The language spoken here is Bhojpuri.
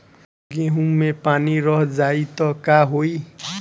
गेंहू मे पानी रह जाई त का होई?